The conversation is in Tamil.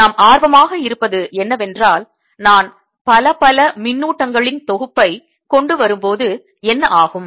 இப்போது நாம் ஆர்வமாக இருப்பது என்னவென்றால் நான் பல பல மின்னூட்டங்களின் தொகுப்பை கொண்டு வரும்போது என்ன ஆகும்